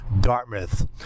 Dartmouth